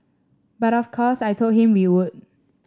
but of course I told him we would